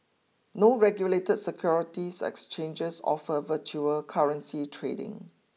no regulated securities exchanges offer virtual currency trading